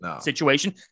situation